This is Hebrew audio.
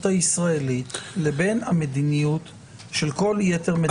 הישראלית לבין המדיניות של כל יתר מדינות העולם.